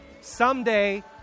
Someday